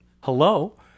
hello